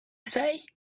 say